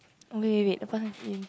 wait wait wait the person want see you